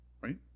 right